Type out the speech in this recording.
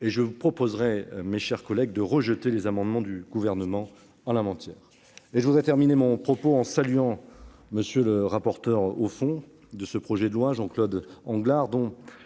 et je vous proposerai, mes chers collègues, de rejeter les amendements du Gouvernement en la matière. Je terminerai mon propos en saluant le rapporteur au fond de ce projet de loi, Jean-Claude Anglars,